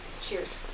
Cheers